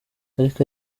ariko